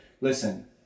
listen